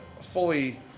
fully